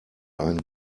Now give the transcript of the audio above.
einen